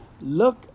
Look